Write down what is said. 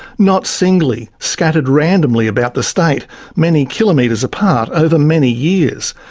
not singly, scattered randomly about the state many kilometres apart over many years.